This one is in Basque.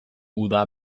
uda